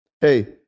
hey